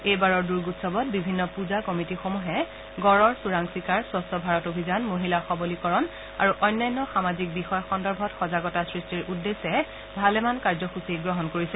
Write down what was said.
এইবাৰৰ দুৰ্গোৎসৱত বিভিন্ন পূজা কমিটিসমূহে গড়ৰ চোৰাংচিকাৰ স্বচ্ছ ভাৰত অভিযান মহিলা সৱলীকৰণ আৰু অন্যান্য সামাজিক বিষয় সন্দৰ্ভত সজাগতা সৃষ্টিৰ উদ্দেশ্যে ভালেমান কাৰ্যসচী গ্ৰহণ কৰিছে